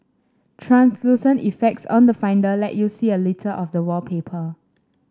translucent effects on the Finder let you see a little of the wallpaper